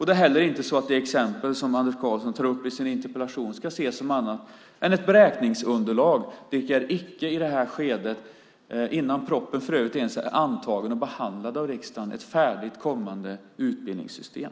Det är inte heller så att det exempel som Anders Karlsson tar upp i sin interpellation ska ses som något annat än ett beräkningsunderlag, vilket är icke i det här skedet, innan propositionen ens är antagen och behandlad av riksdagen, ett färdigt kommande utbildningssystem.